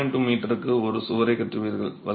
2 m க்கு ஒரு சுவரைக் கட்டுவீர்கள்